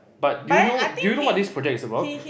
but do you know do you know what this project is about